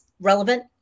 relevant